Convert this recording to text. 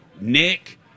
Nick